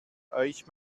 euch